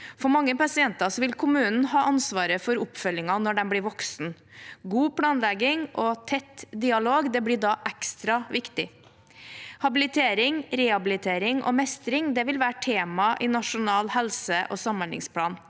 For mange pasienter vil kommunen ha ansvaret for oppfølgingen når de blir voksne. God planlegging og tett dialog blir da ekstra viktig. Habilitering, rehabilitering og mestring vil være tema i Nasjonal helse- og samhandlingsplan.